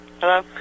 Hello